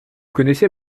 connaissez